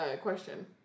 question